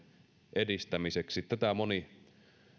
edistämiseksi tätä moni